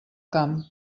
camp